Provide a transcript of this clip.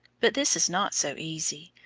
but this is not so easy.